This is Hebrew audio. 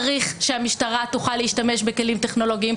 צריך שהמשטרה תוכל להשתמש בכלים טכנולוגיים,